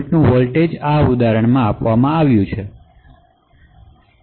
08 વોલ્ટેજનું આપીએ